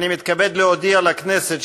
אני מתכבד להודיע לכנסת,